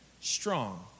strong